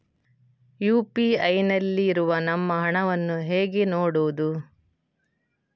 UPI ನಲ್ಲಿ ಇರುವ ನಮ್ಮ ಹಣವನ್ನು ಹೇಗೆ ನೋಡುವುದು?